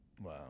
Wow